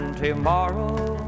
tomorrow